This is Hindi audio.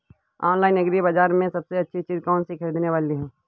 ऑनलाइन एग्री बाजार में सबसे अच्छी चीज कौन सी ख़रीदने वाली है?